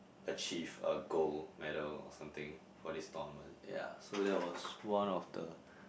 achieve a gold meal or something for this tournament ya so that was one of the